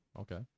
Okay